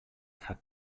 hat